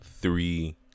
three